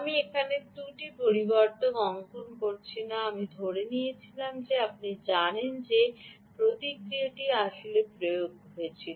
আমি এখানে ত্রুটি পরিবর্ধক অঙ্কন করছি না আমি ধরে নিলাম যে আপনি জানেন যে প্রতিক্রিয়াটি আসলে প্রয়োগ হয়েছিল